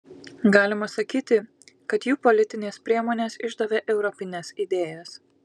galima sakyti kad jų politinės priemonės išdavė europines idėjas